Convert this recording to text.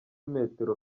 metero